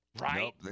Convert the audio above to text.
right